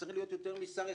צריך להיות יותר משר אחד,